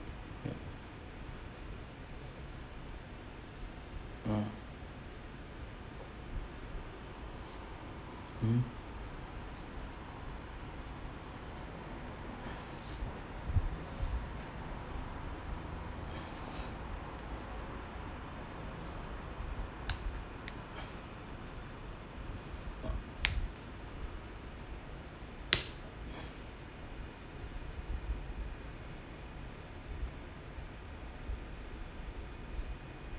oh mm